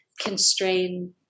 constrain